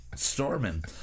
storming